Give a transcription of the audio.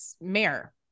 mayor